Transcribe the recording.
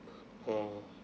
oh